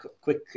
quick